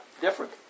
different